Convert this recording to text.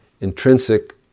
intrinsic